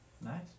Nice